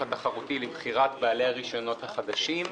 התחרותי לבחירת בעלי הרישיונות החדשים.